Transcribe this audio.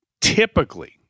typically